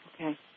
Okay